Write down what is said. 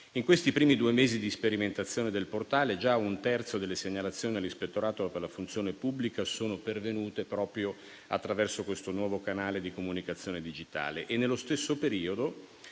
In questi primi due mesi di sperimentazione del portale, già un terzo delle segnalazioni all'ispettorato per la funzione pubblica è pervenuto proprio attraverso questo nuovo canale di comunicazione digitale e, nello stesso periodo,